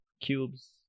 cubes